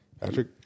Patrick